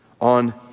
on